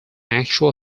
actual